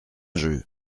jeu